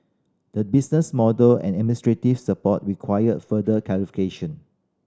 the business model and administrative support require further clarifications